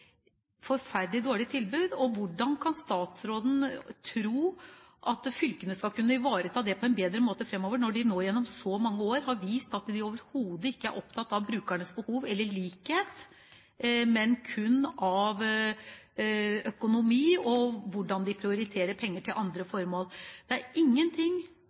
dårlig tilbud. Hvordan kan statsråden tro at fylkene skal kunne ivareta dette på en bedre måte fremover, når de nå gjennom så mange år har vist at de overhodet ikke er opptatt av brukernes behov eller likhet, men kun av økonomi og hvordan de prioriterer penger til andre formål? Det er ingenting